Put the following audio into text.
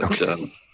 Okay